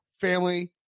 family